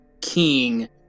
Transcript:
king